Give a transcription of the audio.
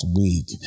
week